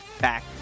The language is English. back